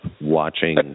watching